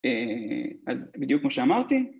אז בדיוק כמו שאמרתי